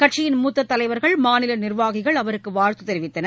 கட்சியின் மூத்த தலைவர்கள் மாநில நிர்வாகிகள் அவருக்கு வாழ்த்து தெரிவித்தனர்